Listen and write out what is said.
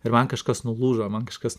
ir man kažkas nulūžo man kažkas